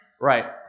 Right